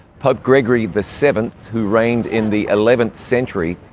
pope gregory the seventh, who reigned in the eleventh century,